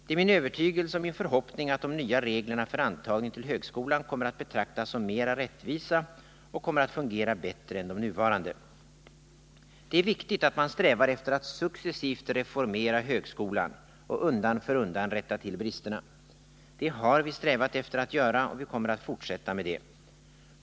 Det är min övertygelse och min förhoppning att de nya reglerna för antagning till högskolan kommer att betraktas som mer rättvisa och kommer att fungera bättre än de nuvarande. Det är viktigt att man strävar efter att successivt reformera högskolan och undan för undan rätta till bristerna. Det har vi strävat efter att göra, och vi kommer att fortsätta med det.